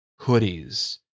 hoodies